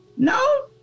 No